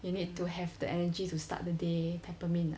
you need to have the energy to start the day peppermint ah